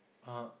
(uh huh)